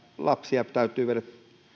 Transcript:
lapsia täytyy viedä